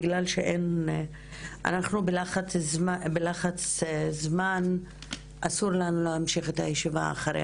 בגלל שאין זמן ואנחנו בלחץ של זמן אסור לנו להמשיך את הישיבה אחרי